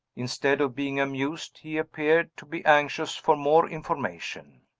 instead of being amused, he appeared to be anxious for more information.